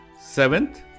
Seventh